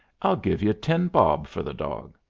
i'll give you ten bob for the dog.